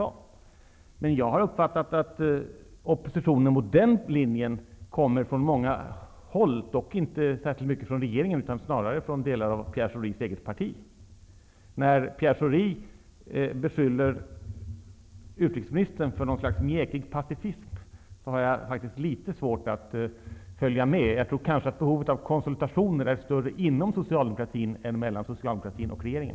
Jag har emellertid uppfattat att oppositionen mot den linjen kommer från många håll, dock inte i särskilt hög grad från regeringen utan snarare från delar av Pierre Schoris eget parti. När Pierre Schori beskyller utrikesministern för något slags mjäkig pacifism har jag faktiskt litet svårt att följa med. Jag tror kanske att behovet av konsultationer är större inom socialdemokratin än mellan socialdemokratin och regeringen.